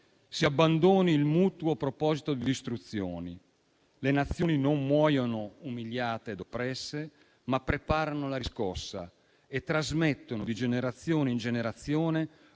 Si abbandoni il mutuo proposito di distruzioni. Le Nazioni non muoiono umiliate ed oppresse, ma preparano la riscossa e trasmettono, di generazione in generazione,